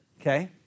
Okay